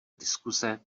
diskuse